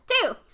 two